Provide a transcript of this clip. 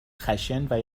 خشن